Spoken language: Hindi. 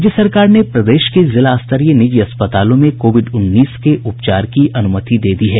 राज्य सरकार ने प्रदेश के जिलास्तरीय निजी अस्पतालों में कोविड उन्नीस के उपचार की अनुमति दे दी है